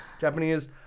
Japanese